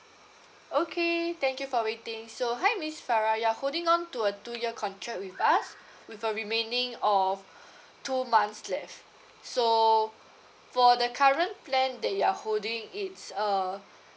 okay thank you for waiting so hi miss farah you're holding on to a two year contract with us with a remaining of two months left so for the current plan that you're holding it's uh